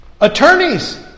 Attorneys